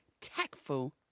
tactful